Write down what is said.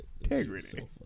integrity